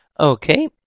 Okay